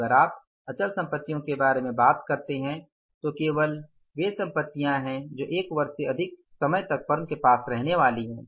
तो अगर आप अचल संपत्तियों के बारे में बात करते हैं तो ये केवल वे संपत्तियाँ हैं जो एक वर्ष से अधिक समय तक फर्म के पास रहने वाली हैं